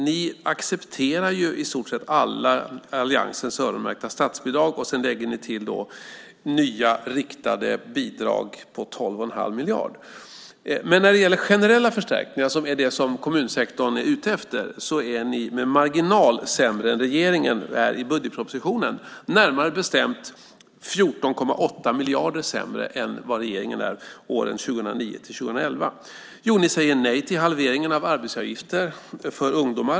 Ni accepterar dock i stort sett alla alliansens öronmärkta statsbidrag men lägger till nya riktade bidrag på 12 1⁄2 miljard. När det gäller generella förstärkningar, som är det som kommunsektorn är ute efter, är ni med marginal sämre än regeringen är i budgetpropositionen, närmare bestämt 14,8 miljarder sämre än vad regeringen är för åren 2009-2011. Ni säger nej till halveringen av arbetsgivaravgiften för ungdomar.